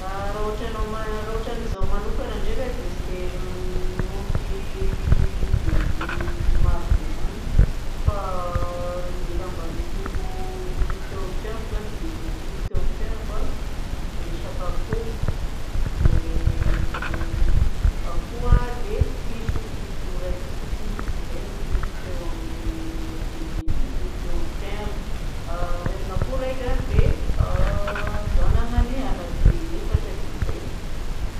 Raha ohatranao, raha ôtran'izaho manokana ndraika tsy dia niompy biby marobe zany. Fa ny raha mba nompiako teo ami'ny fiaignako zany, biby nompiako teo amin'ny fiaignako dia resaka akoho, dia akoho dia piso, piso raika fotsiny izay no nompiako biby nompiako teo amin'ny fiaignako. Reninakoho raika zanany anaky efatra, dia zay.